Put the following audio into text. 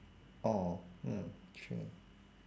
orh mm true